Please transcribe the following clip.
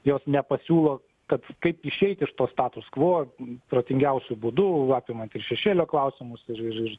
jos nepasiūlo kad kaip išeiti iš to status kvo protingiausiu būdu apimant ir šešėlio klausimus ir ir ir